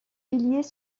piliers